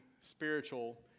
spiritual